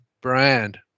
brand